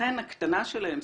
ולכן הקטנה שלהם,